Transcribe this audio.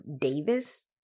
Davis